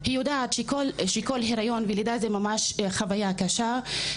היא יודעת שכל היריון זו ממש חוויה קשה.